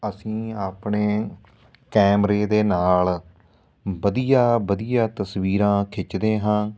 ਅਸੀਂ ਆਪਣੇ ਕੈਮਰੇ ਦੇ ਨਾਲ ਵਧੀਆ ਵਧੀਆ ਤਸਵੀਰਾਂ ਖਿੱਚਦੇ ਹਾਂ